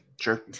sure